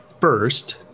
first